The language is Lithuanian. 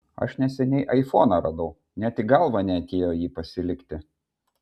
aš neseniai aifoną radau net į galvą neatėjo jį pasilikti